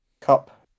Cup